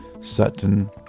Sutton